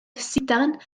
sidan